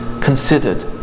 considered